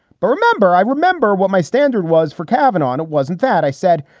but remember, i remember what my standard was for cavin on it wasn't that i said,